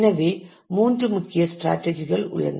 எனவே மூன்று முக்கிய ஸ்ராட்டஜிகள் உள்ளன